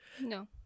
No